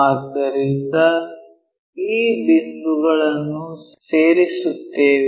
ಆದ್ದರಿಂದ ಈ ಬಿಂದುಗಳನ್ನು ಸೇರಿಸುತ್ತೇವೆ